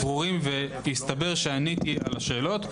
הסתבר שעניתי על השאלות,